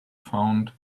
found